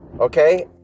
okay